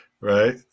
right